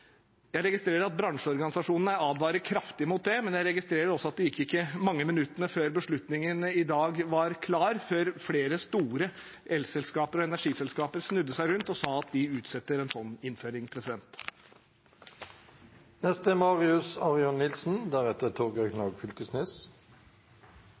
Jeg registrerer at bransjeorganisasjonene advarer kraftig mot det, men jeg registrerer også at det gikk ikke mange minuttene før beslutningen i dag var klar, før flere store elselskaper og energiselskaper snudde seg rundt og sa at de utsetter en sånn innføring.